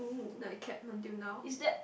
then I kept until now